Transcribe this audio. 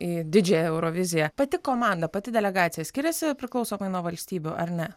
į didžiąją euroviziją pati komanda pati delegacija skiriasi priklausomai nuo valstybių ar ne